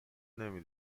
نمی